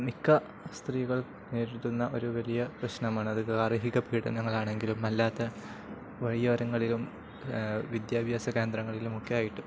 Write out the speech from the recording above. മിക്ക സ്ത്രീകൾ നേരിടുന്ന ഒരു വലിയ പ്രശ്നമാണ് അത് ഗാര്ഹിക പീഡനങ്ങളാണെങ്കിലും അല്ലാത്ത വഴിയോരങ്ങളിലും വിദ്യാഭ്യാസ കേന്ദ്രങ്ങളിലും ഒക്കെയായിട്ട്